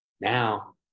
Now